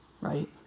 right